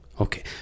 Okay